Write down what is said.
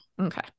Okay